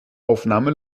aufnahme